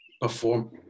perform